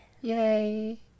Yay